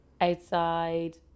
outside